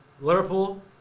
Liverpool